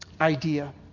idea